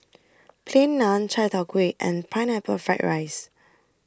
Plain Naan Chai Tow Kway and Pineapple Fried Rice